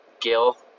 Gil